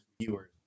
viewers